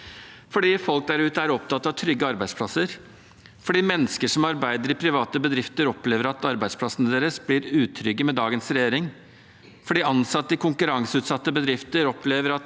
fordi folk der ute er opptatt av trygge arbeidsplasser – fordi mennesker som arbeider i private bedrifter, opplever at arbeidsplassene deres blir utrygge med dagens regjering – fordi ansatte i konkurranseutsatte bedrifter opplever at